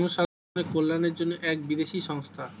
জনসাধারণের কল্যাণের জন্য এক বিদেশি সংস্থা